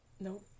Nope